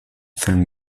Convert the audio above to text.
film